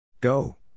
Go